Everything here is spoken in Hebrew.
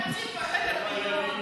להמתין בחדר מיון.